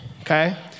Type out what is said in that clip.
okay